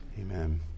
Amen